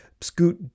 scoot